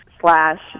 slash